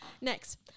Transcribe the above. Next